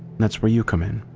that's where you come in.